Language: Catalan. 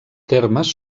termes